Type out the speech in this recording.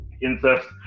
incest